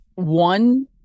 One